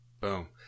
Boom